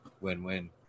win-win